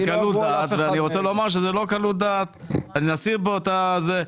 המשפטי לממשלה שאין לו בכלל SAY. לכנסת יש ייעוץ משפטי.